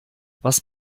was